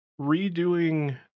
redoing